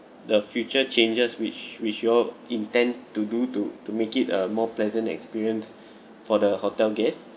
the future changes which which you all intend to do to to make it a more pleasant experience for the hotel guests